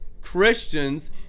Christians